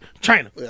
China